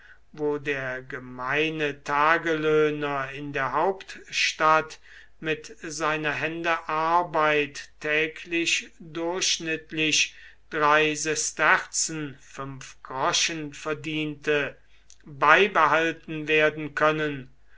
wo der gemeine tagelöhner in der hauptstadt mit seiner hände arbeit täglich durchschnittlich sesterzen verdiente beibehalten werden können